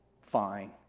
Fine